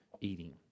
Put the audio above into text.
eating